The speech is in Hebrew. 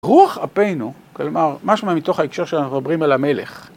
רוח אפינו, כלומר, משמע מתוך ההקשר שאנחנו מדברים על המלך.